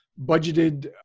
budgeted